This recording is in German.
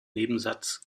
nebensatz